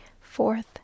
fourth